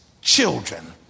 children